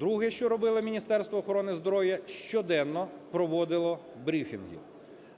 Друге, що робило Міністерство охорони здоров'я, щоденно проводило брифінги.